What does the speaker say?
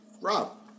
Rob